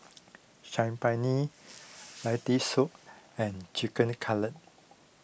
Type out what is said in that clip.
Saag Paneer Lentil Soup and Chicken Cutlet